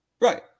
Right